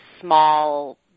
small